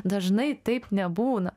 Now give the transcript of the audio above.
dažnai taip nebūna